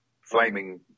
flaming